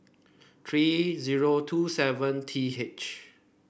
three zero two seven T H